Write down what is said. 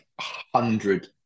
hundred